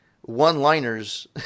one-liners